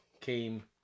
came